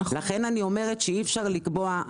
לכן אני אומרת שאי אפשר לקבוע.